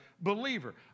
believer